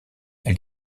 elle